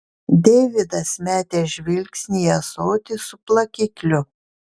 deividas metė žvilgsnį į ąsotį su plakikliu